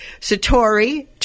Satori